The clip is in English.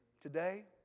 today